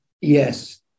Yes